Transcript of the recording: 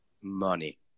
money